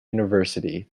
university